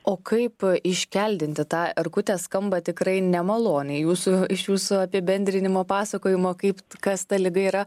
o kaip iškeldinti tą erkutę skamba tikrai nemaloniai jūsų iš jūsų apibendrinimo pasakojimo kaip kas ta liga yra